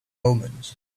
omens